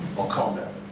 i'll calm down.